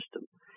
system